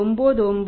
99 87